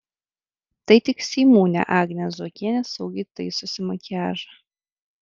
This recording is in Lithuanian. tai tik seimūnė agnė zuokienė saugiai taisosi makiažą